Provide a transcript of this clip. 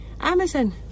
Amazon